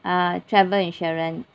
uh travel insurance